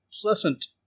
pleasant